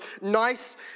nice